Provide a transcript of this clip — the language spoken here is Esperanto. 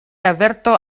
averto